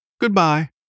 Goodbye